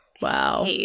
Wow